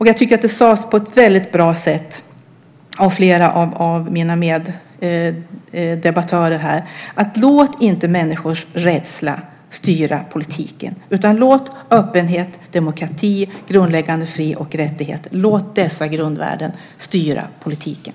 Jag tycker att det sades på ett väldigt bra sätt av flera av mina meddebattörer här: Låt inte människors rädsla styra politiken, utan låt öppenhet, demokrati och grundläggande fri och rättigheter styra politiken!